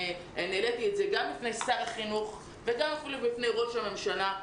העליתי את זה בפני שר החינוך ובפני ראש הממשלה.